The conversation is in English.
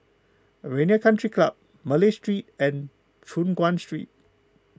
Arena Country Club Malay Street and Choon Guan Street